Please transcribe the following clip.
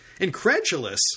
incredulous